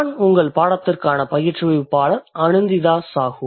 நான் உங்கள் பாடத்திற்கான பயிற்றுவிப்பாளர் அனிந்திதா சாஹூ